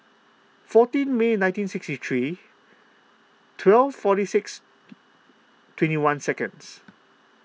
fourteen May nineteen sixty three twelve forty six twenty one second